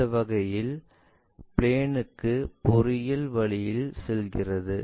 அந்த வகையில் பின்னோக்குப் பொறியியல் வழியில் செல்கிறது